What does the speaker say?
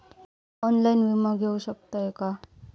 Online विमा घेऊ शकतय का?